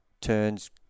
turns